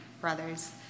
brothers